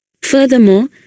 Furthermore